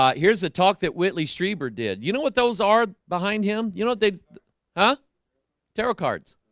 um here's the talk that whitley strieber did you know what those are behind him? you know, they huh tarot cards